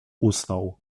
usnął